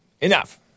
Enough